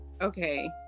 okay